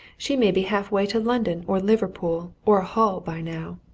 she may be half-way to london or liverpool, or hull, by now!